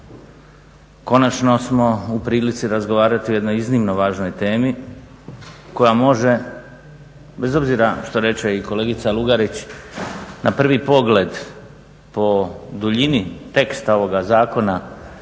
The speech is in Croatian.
Konačno smo u prilici razgovarati o jednoj iznimno važnoj temi koja može bez obzira što reče i kolegica Lugarić na prvi pogled po duljini teksta ovoga zakona